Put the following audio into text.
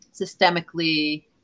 systemically